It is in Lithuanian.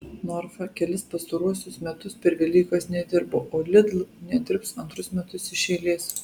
norfa kelis pastaruosius metus per velykas nedirbo o lidl nedirbs antrus metus iš eilės